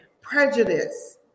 prejudice